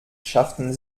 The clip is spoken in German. schafften